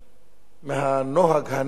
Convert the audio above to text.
מהנוהג הנפסד הזה.